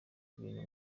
ibintu